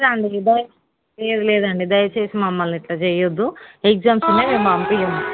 లేదండి లేదు లేదండి దయచేసి మమ్మల్ని ఇట్లా చేయొద్దు ఎగ్జామ్స్ ఉన్నాయి మేము పంపించం